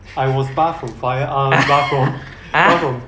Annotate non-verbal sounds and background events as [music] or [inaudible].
[laughs] !huh!